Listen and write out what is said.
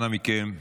אנא מכם.